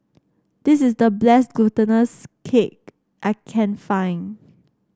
this is the bless glutinous cake I can find